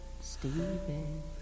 Stephen